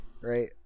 right